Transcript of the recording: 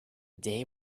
day